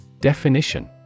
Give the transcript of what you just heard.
Definition